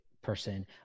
person